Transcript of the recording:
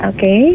Okay